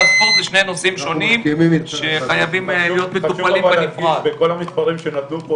התקציב, חשוב אבל להדגיש שבכל המספרים שנתנו פה